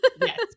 Yes